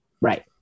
Right